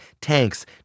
tanks